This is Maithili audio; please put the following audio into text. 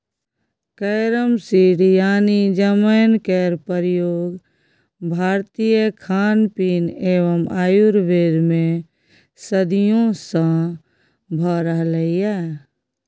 कैरम सीड यानी जमैन केर प्रयोग भारतीय खानपीन एवं आयुर्वेद मे सदियों सँ भ रहलैए